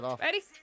Ready